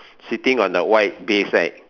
sitting on the white base right